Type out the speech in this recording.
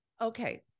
Okay